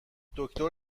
دکتر